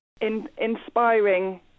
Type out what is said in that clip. inspiring